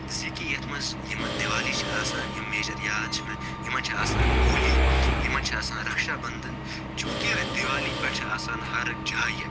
زِ کہِ یَتھ منٛز یِمَن دِوالی چھِ آسان یِم میجَر یاد چھِ مےٚ یِمَن چھِ آسان ہولی یِمَن چھِ آسان رَکھشہ بَنٛدَھن چونٛکہ دِوالی پٮ۪ٹھ چھِ آسان ہر جایہِ